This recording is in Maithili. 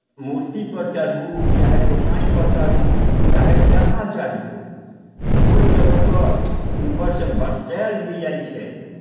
मूर्तिपर चढ़ू चाहे गोसाइँपर चढ़ू चाहे जहाँ चढ़ू फूलकेँ लऽ कऽ ऊपरसँ बरसायल भी जाइ छै